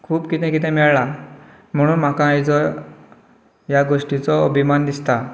खूब कितें कितें मेळ्ळां म्हणून म्हाका हेचो ह्या गोश्टीचो अभिमान दिसता